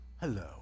Hello